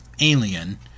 alien